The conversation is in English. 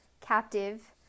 captive